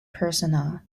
persona